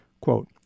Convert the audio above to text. Quote